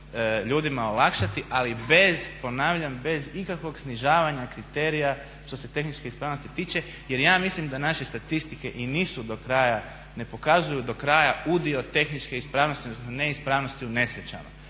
ljudima olakšati ali bez ponavljam bez ikakvog snižavanja kriterija što se tehničke ispravnosti tiče. Jer ja mislim da naše statistike i nisu do kraja, ne pokazuju do kraja udio tehničke ispravnosti, odnosno neispravnosti u nesrećama.